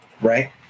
Right